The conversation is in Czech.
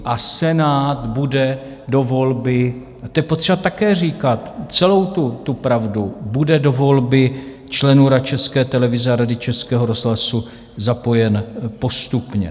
A Senát bude do volby a to je potřeba také říkat, celou tu pravdu do volby členů Rady České televize a Rady Českého rozhlasu zapojen postupně.